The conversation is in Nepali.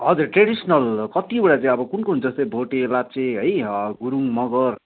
हजुर ट्रेडिसनल कतिवटा चाहिँ अब कुन कुन जस्तै भोटे लाप्चे है गुरूङ मगर